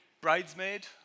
Bridesmaid